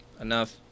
enough